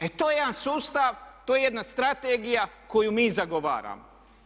E to je jedan sustav, to je jedna strategija koju mi zagovaramo.